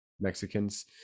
mexicans